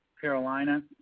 Carolina